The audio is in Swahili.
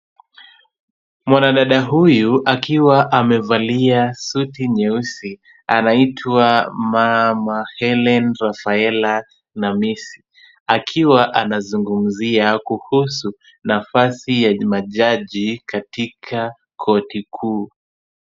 Mwanadada huyu akiwa amevalia suti nyeusi, anaitwa mama Helene Rafaela Namisi, akiwa anazungumzia kuhusu nafasi ya majaji katika korti kuu.